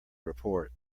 report